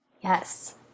Yes